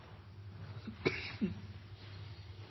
altså